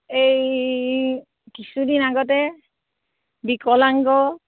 এই কিছুদিন আগতে বিকলাংগ